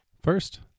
first